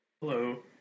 hello